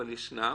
אבל ישנם